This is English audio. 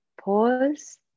pause